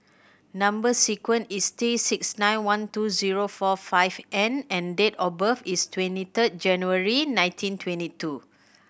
number sequence is T six nine one two zero four five N and date of birth is twenty third January nineteen twenty two